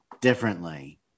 differently